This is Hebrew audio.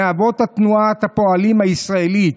מאבות תנועת הפועלים הישראלית,